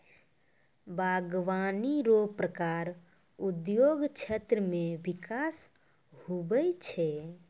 बागवानी रो प्रकार उद्योग क्षेत्र मे बिकास हुवै छै